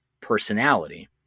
personality